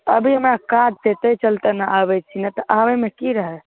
अभी हमरा काज छै तहि चलते नहि आबैत छी नहि तऽ आबैमे की रहै